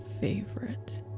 favorite